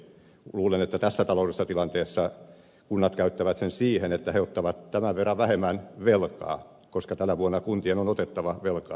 luulen että tässä taloudellisessa tilanteessa kunnat käyttävät sen siihen että ne ottavat tämän verran vähemmän velkaa koska tänä vuonna kuntien on otettava velkaa